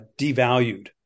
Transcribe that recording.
devalued